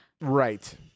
Right